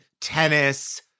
tennis